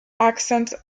accents